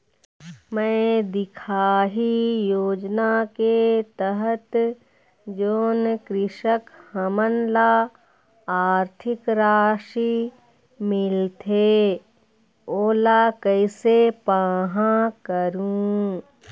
मैं दिखाही योजना के तहत जोन कृषक हमन ला आरथिक राशि मिलथे ओला कैसे पाहां करूं?